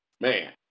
Man